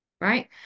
right